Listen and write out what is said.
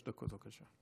שלוש דקות, בבקשה.